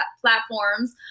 platforms